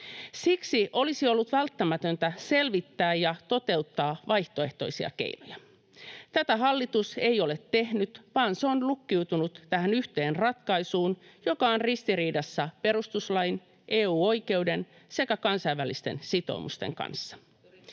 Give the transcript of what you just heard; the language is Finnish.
Siksi olisi ollut välttämätöntä selvittää ja toteuttaa vaihtoehtoisia keinoja. Tätä hallitus ei ole tehnyt, vaan se on lukkiutunut tähän yhteen ratkaisuun, joka on ristiriidassa perustuslain, EU-oikeuden sekä kansainvälisten sitoumusten kanssa.